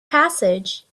passage